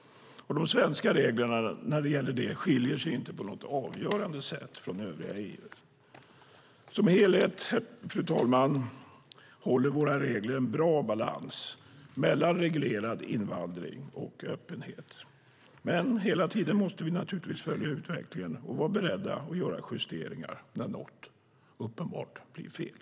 De svenska reglerna som gäller detta skiljer sig inte på något avgörande sätt från de i övriga EU. Fru talman! Som helhet håller våra regler en bra balans mellan reglerad invandring och öppenhet. Men vi måste hela tiden följa utvecklingen och vara beredda att göra justeringar när något uppenbart blir fel.